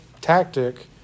tactic